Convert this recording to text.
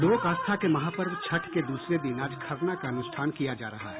लोक आस्था के महापर्व छठ के द्रसरे दिन आज खरना का अनुष्ठान किया जा रहा है